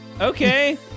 Okay